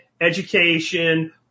education